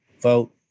vote